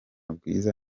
bwiza